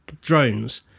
drones